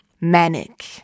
Manic